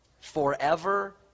Forever